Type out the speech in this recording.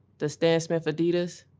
the stan smith adidas.